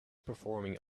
performing